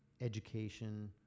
education